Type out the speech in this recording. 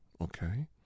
Okay